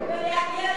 זה יותר טוב?